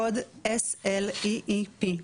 קוד SLEEP,